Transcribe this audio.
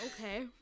Okay